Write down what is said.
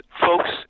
folks